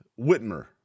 Whitmer